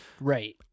right